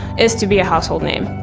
is to be a household name.